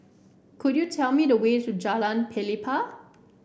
could you tell me the way to Jalan Pelepah